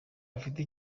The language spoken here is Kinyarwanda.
afite